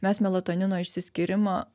mes melatonino išsiskyrimą